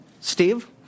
Steve